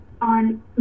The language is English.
on